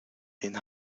den